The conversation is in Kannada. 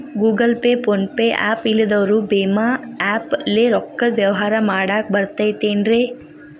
Google Pay, PhonePe app ಇಲ್ಲದವರು ಭೇಮಾ ಆ್ಯಪ್ ಲೇ ರೊಕ್ಕದ ವ್ಯವಹಾರ ಮಾಡಾಕ್ ಬರತೈತೇನ್ರೇ?